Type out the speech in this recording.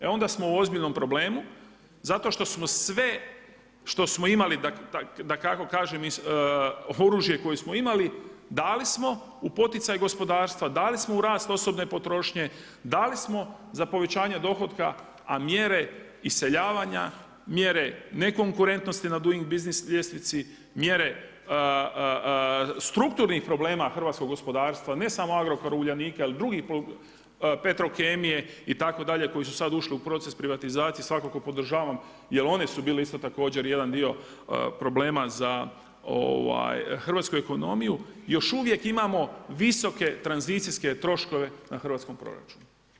E onda smo u ozbiljnom problemu, zato što smo sve što smo imali, da tako kažem, oružje koje smo imali, dali smo, u poticaj gospodarstva, dali smo u rast osobne potrošnje, dali smo za povećanje dohotka, a mjere iseljavanja, mjere ne konkurentnosti na Doing business ljestvici, mjere strukturnih problema hrvatskog gospodarstva, ne samo Agrokora, Uljanika ili drugih, Petrokemije, i tako dalje, koji su sad ušli u proces privatizacije, svakako podržavam, jer one su bile isto također jedan dio problema za hrvatsku ekonomiju, još uvijek imamo visoke tranzicijske troškove na hrvatskom proračunu.